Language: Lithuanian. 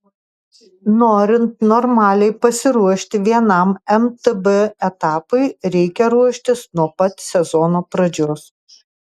norint normaliai pasiruošti vienam mtb etapui reikia ruoštis nuo pat sezono pradžios